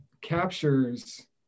captures